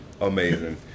Amazing